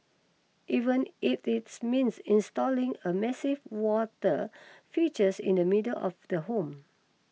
even if it means installing a massive water features in the middle of the home